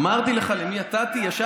אמרתי לך למי הצעתי.